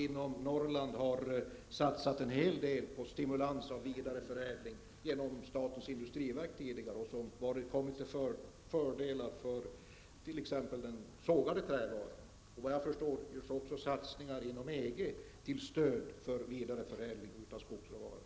Inom Norrland har vi satsat en hel del på stimulans av vidareförädling genom statens industriverk tidigare, som har lett till fördelar för t.ex. sågade trävaror. Vad jag förstår görs också satsningar inom EG till stöd för vidareförädling av skogsråvara.